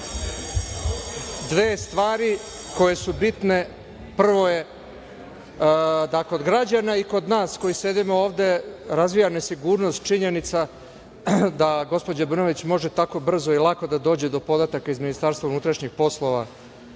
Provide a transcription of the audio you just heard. Dve stvari koje su bitne, prvo je da kod građana i kod nas koji sedimo ovde razvija nesigurnost činjenica da gospođa Brnabić može tako brzo i lako da dođe do podataka iz MUP-a o tome šta